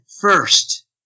first